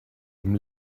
dem